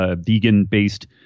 vegan-based